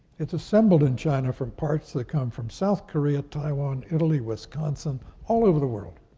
it's assembled in china from parts that come from south korea, taiwan, italy, wisconsin, all over the world.